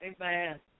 Amen